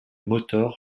motor